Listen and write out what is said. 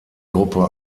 gruppe